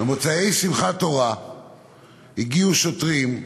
במוצאי שמחת תורה הגיעו שוטרים,